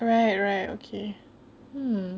right right okay hmm